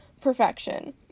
perfection